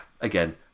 again